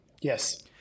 Yes